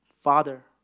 Father